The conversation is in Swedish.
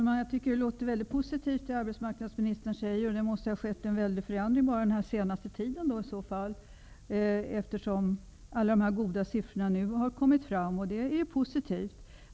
Herr talman! Det som arbetsmarknadsministern säger låter väldigt positivt. Det måste ha skett en väldig förändring bara under den senaste tiden i så fall, eftersom alla dessa goda siffror nu har kommit fram. Det är positivt.